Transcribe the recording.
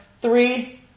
three